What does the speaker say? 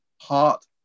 heart